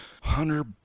Hunter